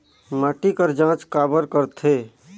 माटी कर जांच काबर करथे?